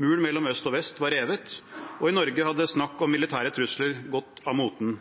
Muren mellom øst og vest var revet, og i Norge hadde snakk om militære trusler gått av moten.